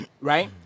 right